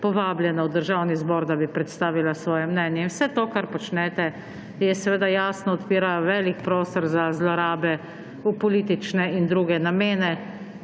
povabljena v Državni zbor, da bi predstavila svoje mnenje. In vse to, kar počnete, seveda jasno odpira velik prostor za zlorabe v politične in druge namene.